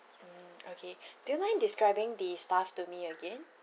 mm okay do you mind describing the staff to me again